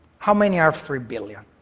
how many are three billion?